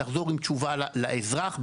לחזור עם תשובה לאזרח,